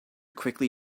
quickly